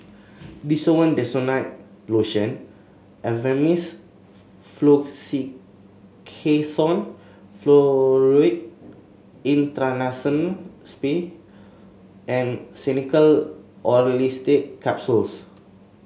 Desowen Desonide Lotion Avamys Fluticasone Furoate Intranasal Spray and Xenical Orlistat Capsules